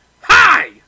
hi